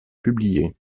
publiés